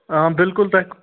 آ بَلکُل تۄہہِ